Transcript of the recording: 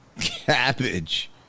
Cabbage